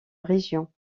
région